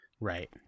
Right